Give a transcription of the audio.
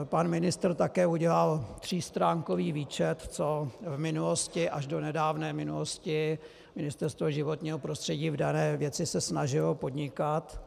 Pan ministr také udělal třístránkový výčet, co v minulosti až do nedávné minulosti Ministerstvo životního prostředí v dané věci se snažilo podnikat.